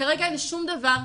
כרגע אין שום דבר,